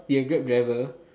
be a grab driver